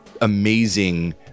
amazing